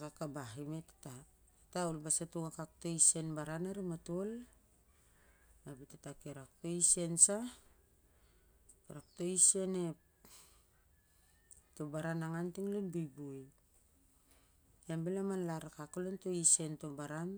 ka kabah ima e tata? Tata ol bus atong akak to isen baran arim ma tol to isen sah to isen to baranang sai kawas lon buibui ia bel a mang lar akak kol on to isen to baran.